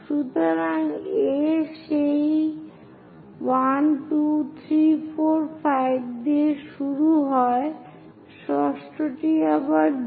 সুতরাং A সেই 1 2 3 4 5 দিয়ে শুরু হয় ষষ্ঠটি আবার B